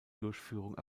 durchführung